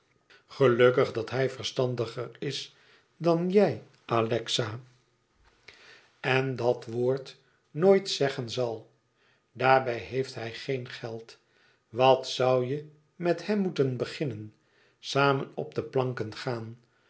gelukkig dat hij verstandiger is dan jij alexa en dat woord nooit zeggen zal daarbij heeft hij geen geld wat zoû je met hem moeten beginnen samen op de planken gaan